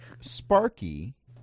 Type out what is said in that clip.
Sparky